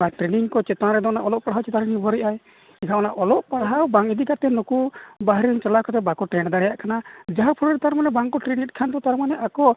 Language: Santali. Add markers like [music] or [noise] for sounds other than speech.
ᱚᱱᱟ ᱴᱨᱮᱱᱤᱝ ᱠᱚ ᱪᱮᱛᱟᱱ ᱨᱮᱫᱚ ᱦᱟᱸᱜ ᱚᱞᱚᱜ ᱯᱟᱲᱦᱟᱜ ᱪᱮᱛᱟᱱ ᱨᱮ ᱱᱤᱨᱵᱷᱚᱨᱮᱜ ᱟᱭ ᱡᱟᱦᱟᱸ ᱚᱞᱚᱜ ᱯᱟᱲᱦᱟᱣ ᱵᱟᱝ ᱤᱫᱤ ᱠᱟᱛᱮᱫ ᱱᱩᱠᱩ ᱵᱟᱦᱨᱮ ᱨᱮᱱ ᱪᱟᱞᱟᱣ ᱠᱟᱛᱮᱫ ᱵᱟᱠᱚ ᱴᱨᱮᱱᱰ ᱫᱟᱲᱮᱭᱟᱜ ᱠᱟᱱᱟ [unintelligible] ᱛᱟᱨᱢᱟᱱᱮ ᱟᱠᱚ